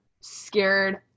scared